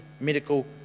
medical